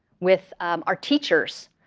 with our teachers,